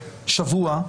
שבוע,